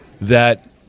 that-